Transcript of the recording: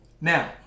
Now